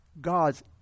God's